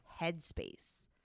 headspace